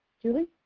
julie?